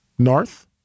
north